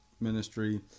ministry